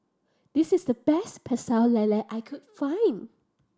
this is the best Pecel Lele I can find